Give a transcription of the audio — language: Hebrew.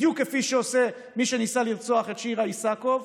בדיוק כפי שעושה מי שניסה לרצוח את שירה איסקוב,